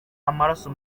amaraso